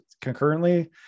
concurrently